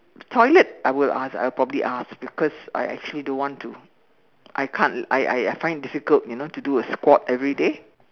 toilet I will ask I will probably ask because I actually don't want to I can't I I find it difficult you know to do a squat everyday